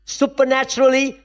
supernaturally